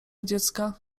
dziecka